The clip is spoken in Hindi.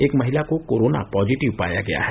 एक महिला को कोराना पॉजिटिव पाया गया है